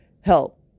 help